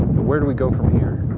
where do we go from here?